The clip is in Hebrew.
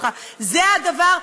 זה הדבר,